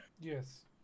Yes